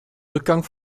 rückgang